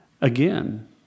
Again